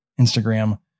Instagram